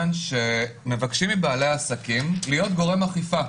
מבקשים מבעלי עסקים להיות גורם אכיפה.